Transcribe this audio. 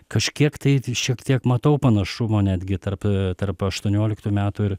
kažkiek tai tai šiek tiek matau panašumo netgi tarp tarp aštuonioliktų metų ir